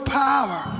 power